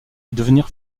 devenir